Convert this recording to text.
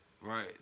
Right